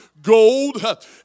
Gold